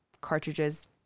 cartridges